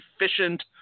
efficient